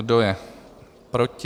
Kdo je proti?